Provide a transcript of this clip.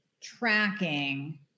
tracking